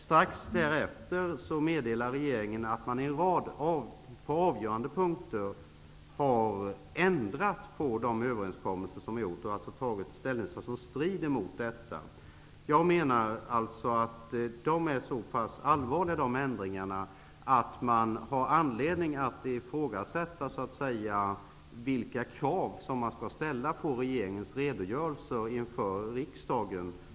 Strax därefter meddelade regeringen att man på en rad avgörande punkter har ändrat på de överenskommelser som har gjorts. Man har tagit ställning som strider mot detta. Jag menar att dessa ändringar är så pass allvarliga att man har anledning att ifrågasätta vilka krav man skall ställa på regeringens redogörelser inför riksdagen.